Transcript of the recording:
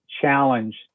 challenge